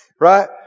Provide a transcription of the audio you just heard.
Right